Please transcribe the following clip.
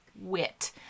wit